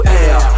air